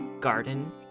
garden